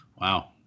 Wow